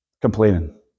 complaining